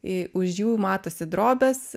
už jų matosi drobės